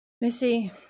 Missy